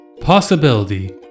Possibility